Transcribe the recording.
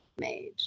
made